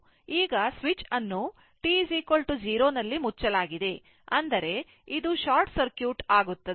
ಈಗ ಸ್ವಿಚ್ ಅನ್ನು t 0 ನಲ್ಲಿ ಮುಚ್ಚಲಾಗಿದೆ ಅಂದರೆ ಇದು ಶಾರ್ಟ್ ಸರ್ಕ್ಯೂಟ್ ಆಗುತ್ತದೆ